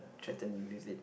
threaten me with it